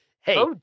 Hey